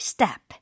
Step